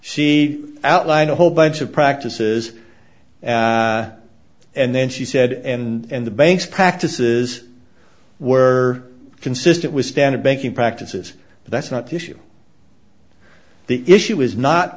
she outlined a whole bunch of practices and then she said and the bank's practices were consistent with standard banking practices but that's not the issue the issue is not